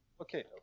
Okay